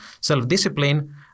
self-discipline